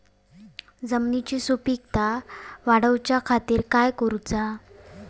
जमिनीची सुपीकता वाढवच्या खातीर काय करूचा?